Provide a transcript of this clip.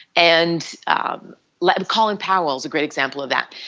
and um like colin powell is a great example of that.